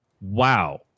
wow